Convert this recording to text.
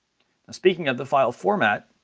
speaking of the file format,